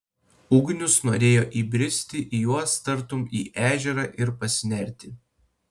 ugnius norėjo įbristi į juos tartum į ežerą ir pasinerti